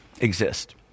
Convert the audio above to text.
exist